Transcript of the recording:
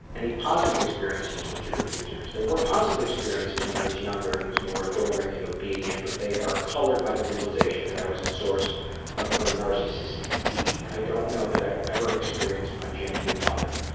any positive experiences with your abusers? there were positive experiences when i was younger and was more adoring and obedient but they are colored by the realization that i was a source of her narcissist feed. i don't know if i ever experienced my genuine mother.